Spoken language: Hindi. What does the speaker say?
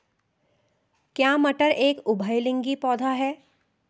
क्या मटर एक उभयलिंगी पौधा है?